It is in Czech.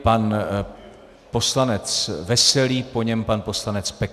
Pan poslanec Veselý, po něm pan poslanec Peksa.